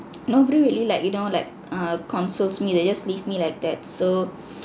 nobody really like you know like err consoles me they just leave me like that so